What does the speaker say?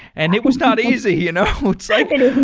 and it was not easy. you know like and it